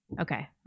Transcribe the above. Okay